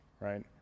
right